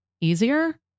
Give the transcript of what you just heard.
easier